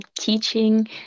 teaching